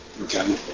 Okay